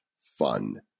fun